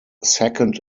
second